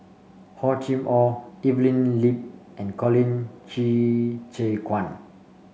Hor Chim Or Evelyn Lip and Colin Qi Zhe Quan